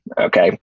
Okay